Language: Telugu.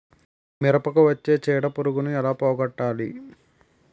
మిరపకు వచ్చే చిడపురుగును ఏల పోగొట్టాలి?